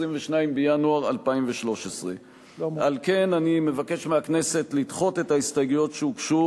22 בינואר 2013. על כן אני מבקש מהכנסת לדחות את ההסתייגויות שהוגשו